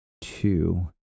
two